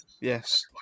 yes